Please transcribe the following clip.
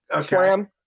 slam